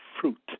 fruit